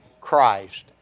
Christ